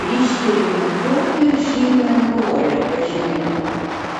priskiriame tokią žymią rolę pažinime